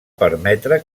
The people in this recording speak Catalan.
permetre